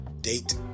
Date